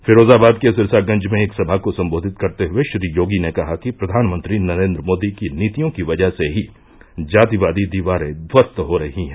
फिरोजाबाद के सिरसागंज में एक सभा को सम्बोधित करते हये श्री योगी ने कहा कि प्रधानमंत्री नरेन्द्र मोदी की नीतियों की वजह से ही जातिवादी दीवारे ध्वस्त हो रही हैं